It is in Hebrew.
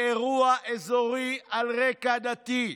לאירוע אזורי על רקע דתי.